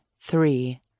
three